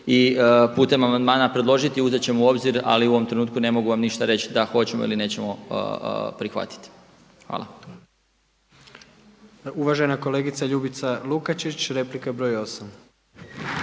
i putem amandmana predložiti. Uzet ćemo u obzir, ali u ovom trenutku ne mogu vam ništa reći da hoćemo ili nećemo prihvatiti. Hvala. **Jandroković, Gordan (HDZ)** Uvažena kolegica Ljubica Lukačić, replika broj